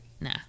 Nah